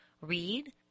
read